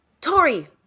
Tori